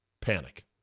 panic